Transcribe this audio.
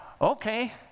Okay